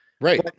right